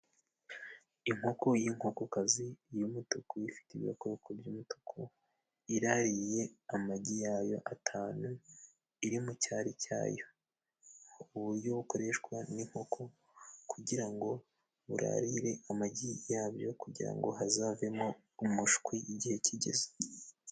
Inkoko y'inkokokazi y'umutuku ifite ibirokoroko by'umutuku, iraririye amagi yayo atanu, iri mu cyari cyayo. Uburyo bukoreshwa n'inkoko kugira ngo burarire amagi yabyo, kugira ngo hazavemo umushwi igihe kigeze.